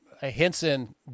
Henson